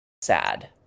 sad